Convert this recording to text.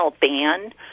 ban